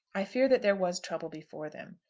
i fear that there was trouble before them.